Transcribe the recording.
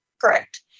Correct